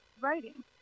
writing